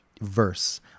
verse